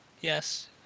Yes